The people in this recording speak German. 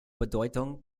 bedeutung